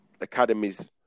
academies